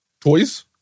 toys